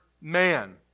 man